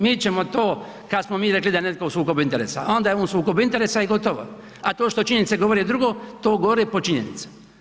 Mi ćemo to, kad smo mi rekli da je netko u sukobu interesa a onda je on u sukobu interesa i gotovo a to što činjenice govore drugo to gore po činjenice.